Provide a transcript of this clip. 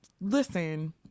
listen